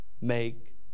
make